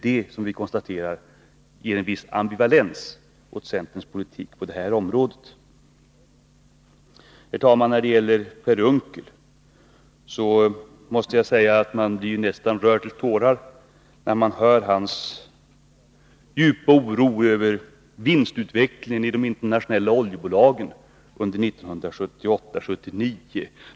Det visar på en viss ambivalens i centerns politik på det här området. Herr talman! Man blir nästan rörd till tårar när man hör Per Unckels djupa oro över vinstutvecklingen i de internationella oljebolagen under 1978-1979.